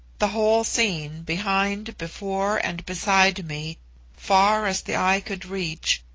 the whole scene behind, before, and beside me far as the eye could reach,